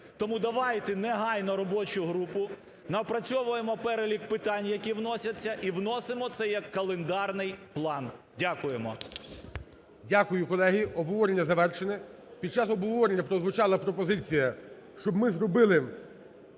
Тому давайте негайно робочу групу, напрацьовуємо перелік питань, які вносяться, і вносимо це як календарний план. Дякуємо. ГОЛОВУЮЧИЙ. Дякую, колеги. Обговорення завершене. Під час обговорення прозвучала пропозиція, щоб ми зробили